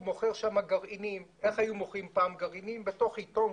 לימים אותו יהודי